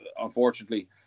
unfortunately